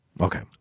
Okay